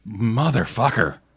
motherfucker